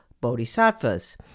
bodhisattvas